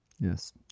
Yes